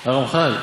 הרמח"ל.